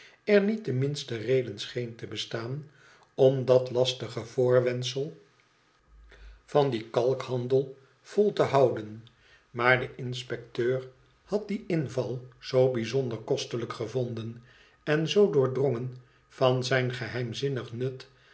er niet le minste reden scheen te bestaan om dat lastige voorwendsel vol te honden maar de inspecteur had dien inval zoo bijzonder kostelijk gevonden en zoo doordrongen van zijn geheimzinnig sqt